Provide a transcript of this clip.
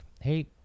Hey